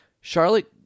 Charlotte